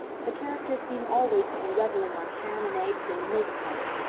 the characters seem always to be reveling on ham and eggs and milk punch.